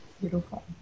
Beautiful